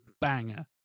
banger